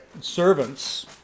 servants